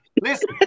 listen